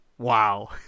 Wow